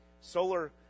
Solar